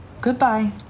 Goodbye